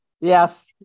Yes